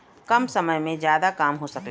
कम समय में जादा काम हो सकला